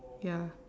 ya